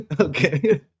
okay